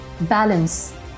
balance